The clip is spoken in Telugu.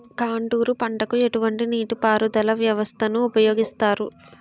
కాంటూరు పంటకు ఎటువంటి నీటిపారుదల వ్యవస్థను ఉపయోగిస్తారు?